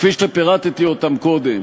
כפי שפירטתי אותם קודם,